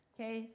Okay